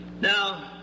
Now